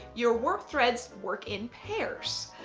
your work threads work in pairs.